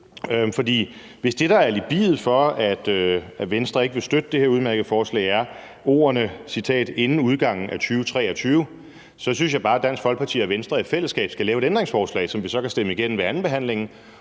hvis det, der er alibiet for, at Venstre ikke vil støtte det her udmærkede forslag, er ordene inden udgangen af 2023, så synes jeg bare, at Dansk Folkeparti og Venstre i fællesskab skal lave et ændringsforslag, som vi så kan stemme igennem ved andenbehandlingen.